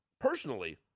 personally